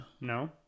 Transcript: No